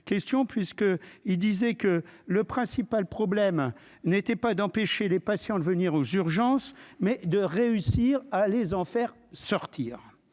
il disait que le principal problème n'était pas d'empêcher les patients de venir aux urgences, mais de réussir à les en faire sortir